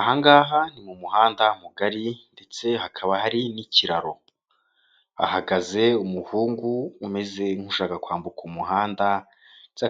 Ahangaha ni mu muhanda mugari ndetse hakaba hari n'ikiraro hahagaze umuhungu umeze nk'ushaka kwambuka umuha hakaba